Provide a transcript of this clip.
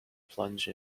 plunge